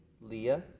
Leah